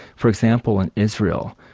for example, in israel,